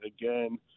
again